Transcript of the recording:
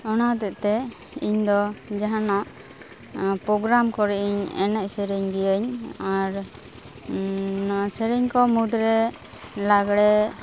ᱚᱱᱟ ᱦᱚᱛᱮᱡ ᱛᱮ ᱤᱧ ᱫᱚ ᱡᱟᱦᱟᱱᱟᱜ ᱯᱨᱳᱜᱽᱨᱟᱢ ᱠᱚᱨᱮᱜ ᱤᱧ ᱮᱱᱮᱡ ᱥᱮᱨᱮᱧ ᱜᱤᱭᱟᱹᱧ ᱟᱨ ᱥᱮᱨᱮᱧ ᱠᱚ ᱢᱩᱫᱽ ᱨᱮ ᱞᱟᱜᱽᱲᱮ